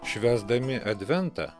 švęsdami adventą